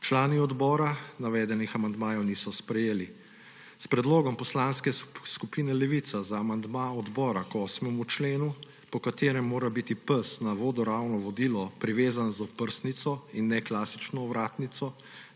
Člani odbora navedenih amandmajev niso sprejeli. S predlogom Poslanske skupine Levica za amandma odbora k 8. členu, po katerem mora biti pes na vodoravno vodilo privezan z oprsnico in ne klasično ovratnico,